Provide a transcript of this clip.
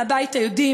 מהבית היהודי,